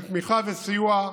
של תמיכה וסיוע,